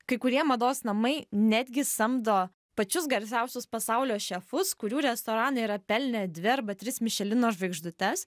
kai kurie mados namai netgi samdo pačius garsiausius pasaulio šefus kurių restoranai yra pelnę dvi arba tris mišelino žvaigždutes